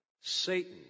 Satan